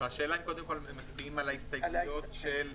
השאלה היא אם קודם כול מצביעים על ההסתייגויות של הרשימה המשותפת.